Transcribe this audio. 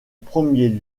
premier